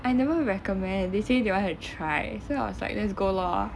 I never recommend they say they want to try so I was like let's go lah